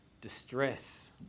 distress